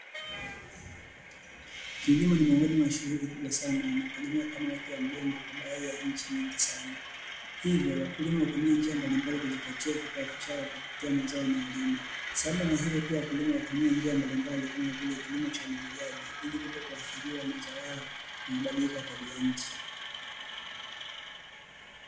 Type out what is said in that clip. Kilimo ni miongoni mwa shunghuli kubwa, inayotegemewa kama uti wa mgongo, kwa baadhi ya nchi nyingi sana. Hivyo wakulima hutumia njia mbalimbali kujipatia kipato chao, kupitia mazao wanayolima. Sambamba hivyo pia wakulima hutumia njia mbalimbali kama vile kilimo cha za umwagiliaji, ili kutohadhiriwa mazao yao na mabadiliko ya tabia ya nchi.